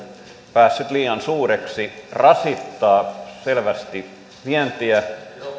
päässyt liian suureksi rasittaa selvästi vientiä